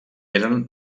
eren